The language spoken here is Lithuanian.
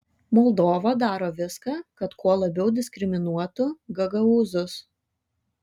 moldova daro viską kad kuo labiau diskriminuotų gagaūzus